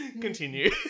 Continue